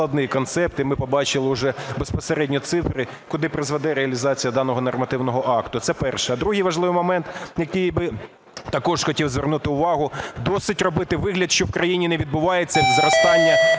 другий важливий момент, на який би також хотів звернути увагу: досить робити вигляд, що в країні не відбувається зростання